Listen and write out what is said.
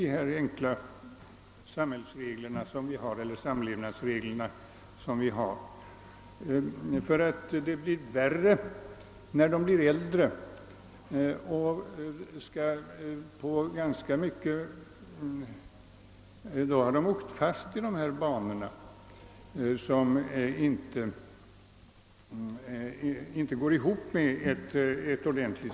Vi har vissa enkla samlevnadsregler som är nödvändiga för ett ordnat samhällsliv, och när man blir äldre har man kanske åkt fast i banor som inte följer dessa regler.